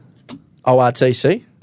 ORTC